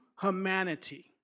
humanity